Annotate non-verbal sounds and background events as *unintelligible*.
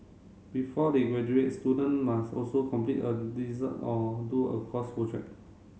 before they graduate student must also complete a *unintelligible* or do a course project